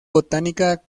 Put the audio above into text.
botánica